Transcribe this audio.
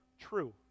true